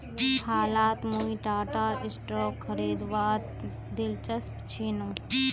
हालत मुई टाटार स्टॉक खरीदवात दिलचस्प छिनु